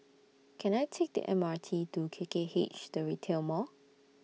Can I Take The M R T to K K H The Retail Mall